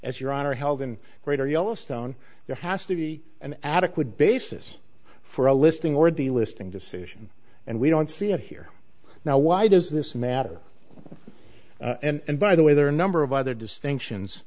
as your honor held in greater yellowstone there has to be an adequate basis for a listing or delisting decision and we don't see it here now why does this matter and by the way there are a number of other distinctions